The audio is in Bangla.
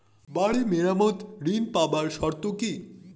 বাড়ি মেরামত ঋন পাবার শর্ত কি?